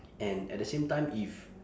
and at the same time if